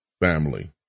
family